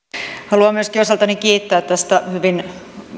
haluan myöskin osaltani kiittää tästä hyvin